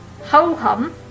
Ho-hum